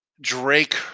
Drake